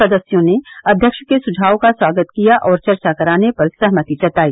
सदस्यों ने अध्यक्ष के सुझाव का स्वागत किया और चर्चा कराने पर सहमति जताई